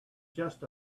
just